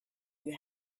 you